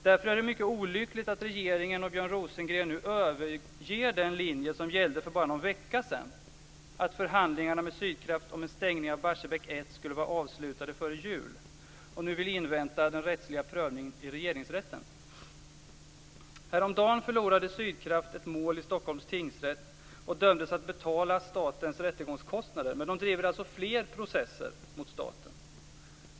Därför är det mycket olyckligt att regeringen och Björn Rosengren nu överger den linje som gällde för bara nån vecka sedan - att förhandlingarna med Sydkraft om en stängning av Barsebäck 1 skulle vara avslutade före jul - och nu vill invänta den rättsliga prövningen i Regeringsrätten. Häromdagen förlorade Sydkraft ett mål i Stockholms tingsrätt och dömdes att betala statens rättegångskostnader, men de driver alltså fler processer mot staten.